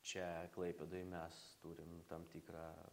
čia klaipėdoj mes turim tam tikrą